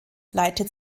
leitet